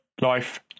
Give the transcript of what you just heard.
life